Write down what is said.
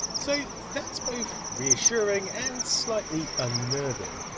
so that's both reassuring, and slightly unnerving.